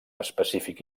específic